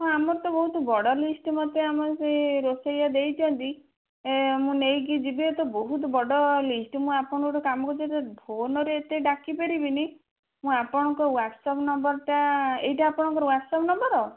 ହଁ ଆମ ର ତ ବହୁତ ବଡ଼ ଲିଷ୍ଟ ମୋତେ ଆମର ସେ ରୋଷେୟା ଦେଇଛନ୍ତି ଏ ମୁଁ ନେଇକି ଯିବି ଆଉ ଏ ତ ବହୁତ ବଡ଼ ଲିଷ୍ଟ ମୁଁ ଆପଣଙ୍କ ଗୋଟେ କାମ କରୁଛି ଫୋନ୍ରେ ଏତେ ଡାକି ପାରିବିନି ମୁଁ ଆପଣଙ୍କ ହ୍ୱାଟସ୍ଆପ୍ ନମ୍ବରଟା ଏଇଟା ଆପଣଙ୍କର ହ୍ୱାଟସ୍ଆପ୍ ନମ୍ବର